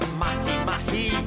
mahi-mahi